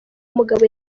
mugabo